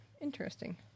interesting